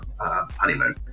honeymoon